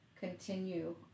continue